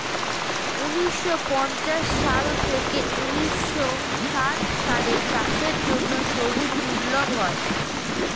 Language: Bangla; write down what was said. ঊন্নিশো পঞ্চাশ সাল থেকে ঊন্নিশো ষাট সালে চাষের জন্য সবুজ বিপ্লব হয়